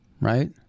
right